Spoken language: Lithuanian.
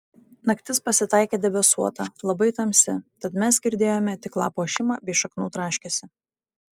naktis pasitaikė debesuota labai tamsi tad mes girdėjome tik lapų ošimą bei šaknų traškesį